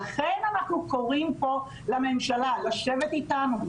לכן אנחנו קוראים פה לממשלה לשבת איתנו,